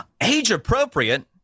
Age-appropriate